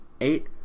Eight